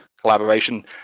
collaboration